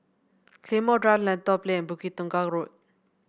Claymore Drive Lentor Plain Bukit Tunggal Road